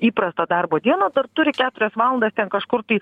įprastą darbo dieną dar turi keturias valandas ten kažkur tai